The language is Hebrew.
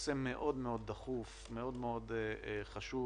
נושא מאוד דחוף ומאוד חשוב